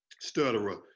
stutterer